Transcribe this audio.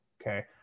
Okay